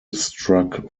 struck